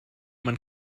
man